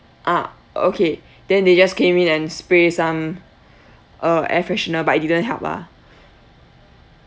ah okay then they just came in and spray some uh air freshener but it didn't help lah